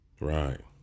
right